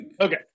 okay